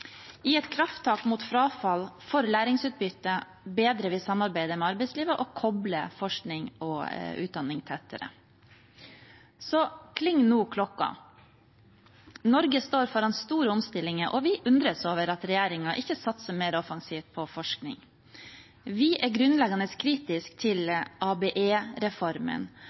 I et krafttak mot frafall og for læringsutbytte bedrer vi samarbeidet med arbeidslivet og kobler forskning og utdanning tettere sammen. Så kling no klokka! Norge står foran store omstillinger, og vi undres over at regjeringen ikke satser mer offensivt på forskning. Vi er grunnleggende kritiske til